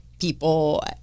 people